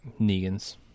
Negan's